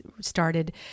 started